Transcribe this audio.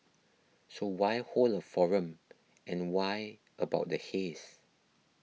so why hold a forum and why about the haze